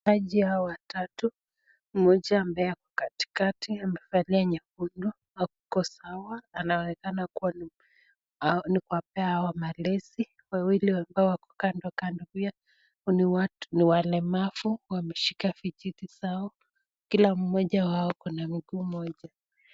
Kati ya hawa watatu moja ambaye ako katika amefalia nyekundu ako sawa anaonekana kuwa ni kuwaooea hawa malezi kwa wale ambao wako kando kando pia watu walemavu wameshika vijiti vyao Kila mmoja wao akona mguu moja.